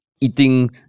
eating